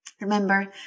Remember